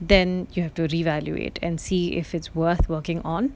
then you have to re-evaluate and see if it's worth working on